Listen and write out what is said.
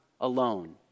alone